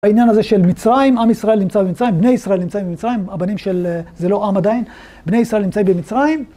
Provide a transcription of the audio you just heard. העניין הזה של מצרים, עם ישראל נמצא במצרים, בני ישראל נמצאים במצרים, הבנים של, זה לא עם עדיין, בני ישראל נמצאים במצרים.